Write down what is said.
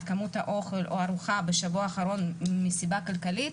כמות האוכל או הארוחה בשבוע האחרון מסיבה כלכלית,